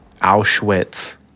Auschwitz